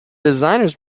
designers